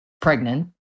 pregnant